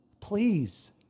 please